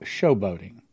showboating